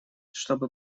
чтобы